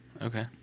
Okay